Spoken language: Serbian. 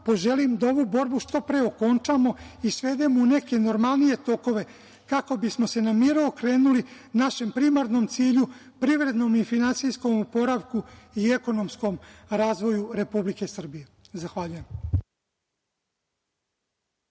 poželim da ovu borbu što pre okončamo i svedemo u neke normalnije tokove, kako bismo se na miru okrenuli našem primarnom cilju - privrednom i finansijskom oporavku i ekonomskom razvoju Republike Srbije. Zahvaljujem.